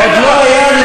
עוד לא היה,